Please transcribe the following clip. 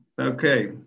Okay